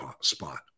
spot